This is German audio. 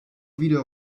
wieder